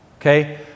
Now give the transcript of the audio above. okay